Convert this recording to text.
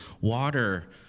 water